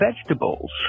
vegetables